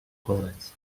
quadrats